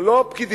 זה לא פקידים,